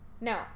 No